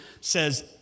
says